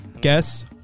Guess